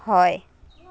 হয়